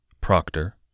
Proctor